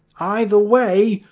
either way,